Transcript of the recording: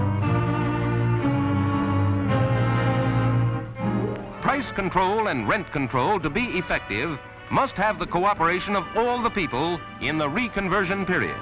price control and rent control to be effective must have the cooperation of all the people in the reconversion